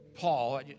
Paul